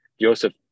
Joseph